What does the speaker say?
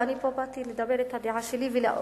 ואני פה באתי לומר את הדעה שלי ולהגיד